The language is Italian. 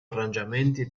arrangiamenti